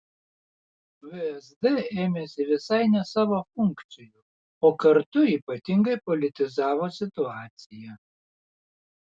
vsd ėmėsi visai ne savo funkcijų o kartu ypatingai politizavo situaciją